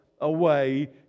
away